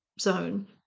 zone